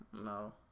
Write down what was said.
No